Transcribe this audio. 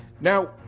Now